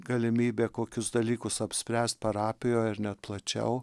galimybė kokius dalykus apspręst parapijoj ar net plačiau